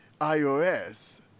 ios